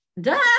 Duh